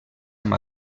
amb